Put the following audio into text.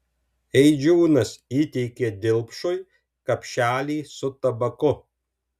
eidžiūnas įteikė dilpšui kapšelį su tabaku